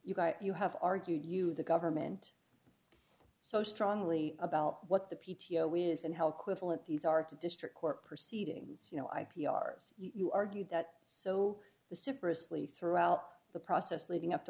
you've got you have argued you the government so strongly about what the p t o is and how quibble at these are to district court proceedings you know i p r's you argue that so the super asleep throughout the process leading up to